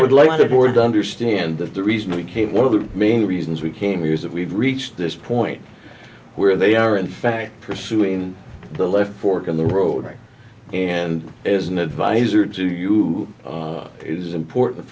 would like the board to understand that the reason we came one of the main reasons we came here is that we've reached this point where they are in fact pursuing the left fork in the road and is an adviser to you it is important